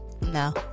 No